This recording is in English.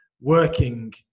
working